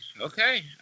okay